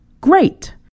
Great